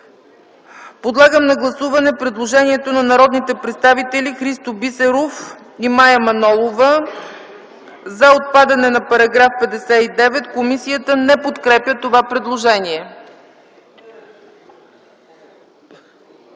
Моля, гласувайте предложението на народните представители Христо Бисеров и Мая Манолова за отпадане на § 59. Комисията не подкрепя това предложение.